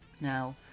Now